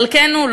חלקנו,